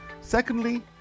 Secondly